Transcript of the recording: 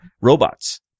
robots